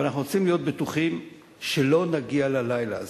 אבל אנחנו רוצים להיות בטוחים שלא נגיע ללילה הזה.